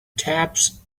taps